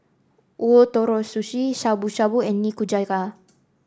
Ootoro Sushi Shabu Shabu and Nikujaga